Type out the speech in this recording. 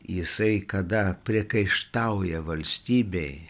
jisai kada priekaištauja valstybei